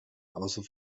außer